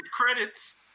credits